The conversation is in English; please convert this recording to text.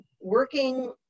working